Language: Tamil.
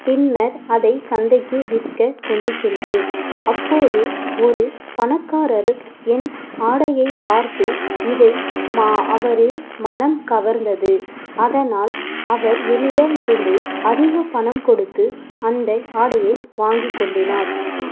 பின்னர் அதை சந்தைக்கு விற்க கொண்டுச் சென்றேன் அப்போது ஒரு பணக்காரர் என் ஆடையைப் பார்த்து இதை மா அவரின் மனம் கவர்ந்தது அதனால் அவர் என்னிடம் இருந்து அதிகப் பணம் கொடுத்து அந்த ஆடையை வாங்கிக் கொண்டினார்